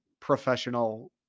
Professional